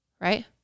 Right